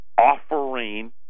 offering